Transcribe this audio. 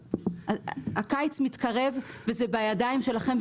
הקיץ מתקרב וזה בידיים שלכם.